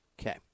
Okay